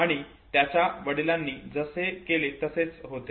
हे त्याच्या वडिलांनी जसे केले तसेच होते